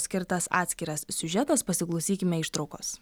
skirtas atskiras siužetas pasiklausykime ištraukos